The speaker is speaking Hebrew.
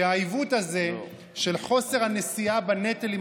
שהעיוות הזה של חוסר הנשיאה בנטל עם